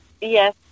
Yes